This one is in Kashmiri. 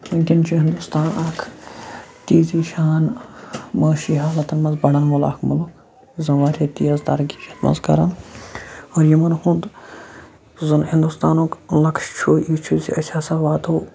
وُنٛکیٚن چھُ ہنٛدوستان اَکھ تیزی سان معاشی حالَتَن مَنٛز بَڑھن وول اَکھ ملک یُس زَن واریاہ تیز تَرقی چھُ اَتھ مَنٛز کَران اور یِمَن ہُنٛد زَن ہنٛدوستانُک لکٕش چھُ یہِ چھُ زِ أسۍ ہَسا واتو